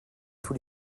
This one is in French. tous